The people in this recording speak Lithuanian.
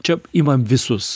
čia ima visus